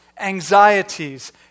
anxieties